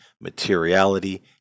materiality